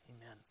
Amen